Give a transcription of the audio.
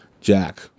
Jack